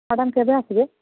madam କେବେ ଆସିବେ